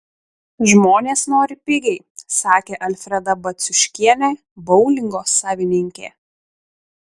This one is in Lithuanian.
žmonės nori pigiai sakė alfreda baciuškienė boulingo savininkė